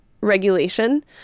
regulation